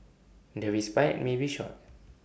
the respite may be short